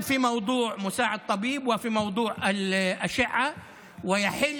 בחברה הערבית, זה חוק